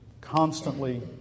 constantly